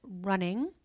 running